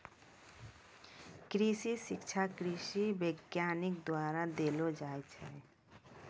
कृषि शिक्षा कृषि वैज्ञानिक द्वारा देलो जाय छै